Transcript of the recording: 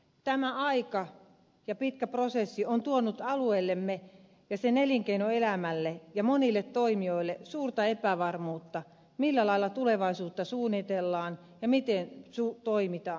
tämä aika ja pitkä prosessi on tuonut alueellemme ja sen elinkeinoelämälle ja monille toimijoille suurta epävarmuutta millä lailla tulevaisuutta suunnitellaan ja miten toimitaan